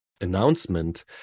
announcement